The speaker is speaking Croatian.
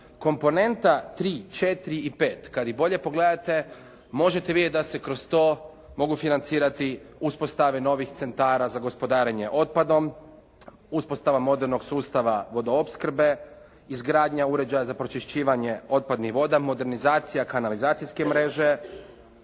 Komponenta 3, 4 i 5 kad ih bolje pogledate možete vidjeti da se kroz to mogu financirati uspostave novih centara za gospodarenje otpadom, uspostavom modernog sustava vodoopskrbe, izgradnja uređaja za pročišćivanje otpadnih voda, modernizacija kanalizacijske mreže.